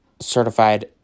certified